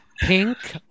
Pink